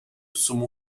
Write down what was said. saumon